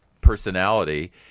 personality